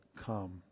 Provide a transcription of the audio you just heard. come